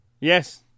Yes